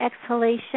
exhalation